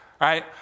right